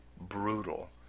brutal